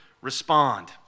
respond